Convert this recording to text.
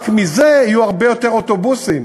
רק מזה יהיו הרבה יותר אוטובוסים.